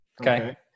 Okay